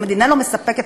המדינה לא מספקת,